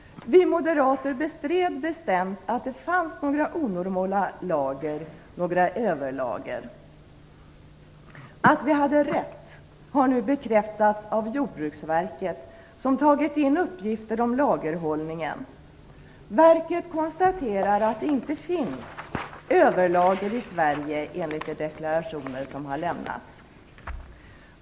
Vi moderater bestred bestämt att det fanns några onormala lager, några överlager. Att vi hade rätt har nu bekräftats av Jordbruksverket, som tagit in uppgifter om lagerhållningen. Verket konstaterar att det inte finns överlager i Sverige enligt de deklarationer som har lämnats.